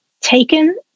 taken